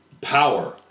power